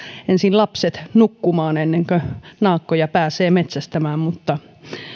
ensin lapset nukkumaan ennen kuin naakkoja pääsee metsästämään mutta